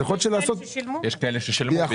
אולי צריך לעשות --- יש כאלה ששילמו?